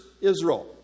Israel